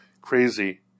Crazy